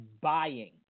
buying